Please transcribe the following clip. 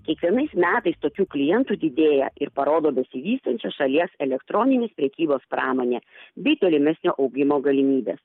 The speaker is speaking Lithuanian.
kiekvienais metais tokių klientų didėja ir parodo besivystančios šalies elektroninės prekybos pramonė bei tolimesnio augimo galimybes